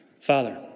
Father